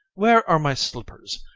where are my slippers?